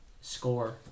score